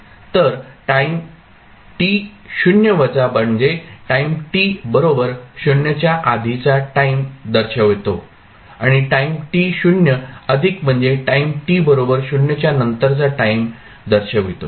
तर time t 0 वजा म्हणजे टाईम t बरोबर 0 च्या आधीचा टाईम दर्शवतो आणि टाईम t 0 अधिक म्हणजे टाईम t बरोबर 0 च्या नंतरचा टाईम दर्शवतो